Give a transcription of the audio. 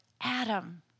Adam